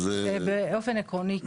התחום של הכנסת,